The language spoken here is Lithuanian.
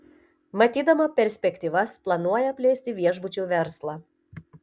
matydama perspektyvas planuoja plėsti viešbučių verslą